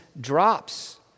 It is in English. drops